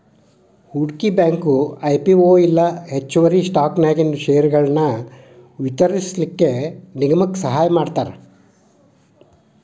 ಹೂಡ್ಕಿ bank IPO ಇಲ್ಲಾ ಹೆಚ್ಚುವರಿ ಸ್ಟಾಕನ್ಯಾಗಿನ್ ಷೇರ್ಗಳನ್ನ ವಿತರಿಸ್ಲಿಕ್ಕೆ ನಿಗಮಕ್ಕ ಸಹಾಯಮಾಡ್ತಾರ